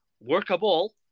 workable